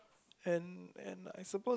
and and I suppose